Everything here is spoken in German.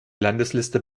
landesliste